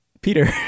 Peter